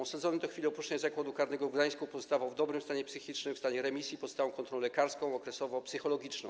Osadzony do chwili opuszczenia Zakładu Karnego w Gdańsku pozostawał w dobrym stanie psychicznym, w stanie remisji, pod stałą kontrolą lekarską, okresowo psychologiczną.